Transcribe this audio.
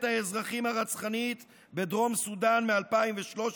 האזרחים הרצחנית בדרום סודאן מ-2013,